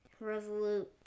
Resolute